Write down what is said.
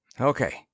Okay